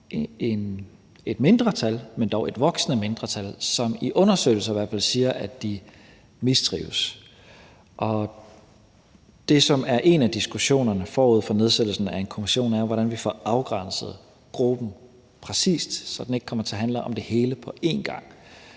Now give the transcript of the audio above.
et mindretal, men dog et voksende mindretal, som i hvert fald i undersøgelser siger, at de mistrives. Og det, som er en af diskussionerne forud for nedsættelsen af en kommission, er jo, hvordan vi får afgrænset gruppen præcist, så den ikke kommer til at handle om det hele på en gang,